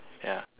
ya